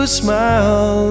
smile